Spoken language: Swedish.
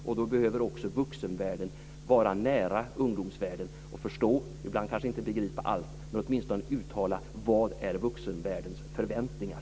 Och då behöver vuxenvärlden vara nära ungdomsvärlden och förstå. Ibland kanske man inte begriper allt, men man ska åtminstone uttala vad som är vuxenvärldens förväntningar.